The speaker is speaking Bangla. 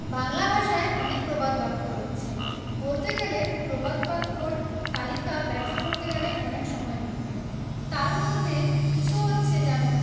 বাংলা ভাষায় অনেক প্রবাদ বাক্য রয়েছে বলতে গেলে প্রবাদ বাক্যর তালিকা ব্যাখ্যা করতে গেলে অনেক সময় লাগবে তার মধ্যে কিছু হচ্ছে যেমন